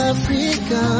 Africa